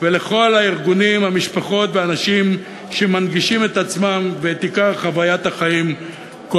האם יש מטרה חשובה יותר מאשר ניצולי השואה שעוד חיים אתנו?